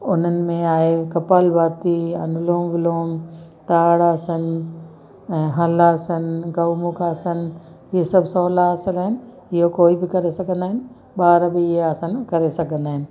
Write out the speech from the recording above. उन्हनि में आहे कपालभाती या अनुलोम विलोम ताड़ आसन ऐं हल आसन गऊ मुख आसन इहे सभु सहुला आसन आहिनि इहो कोई बि करे सघंदा आहिनि ॿार बि इहे आसन करे सघंदा आहिनि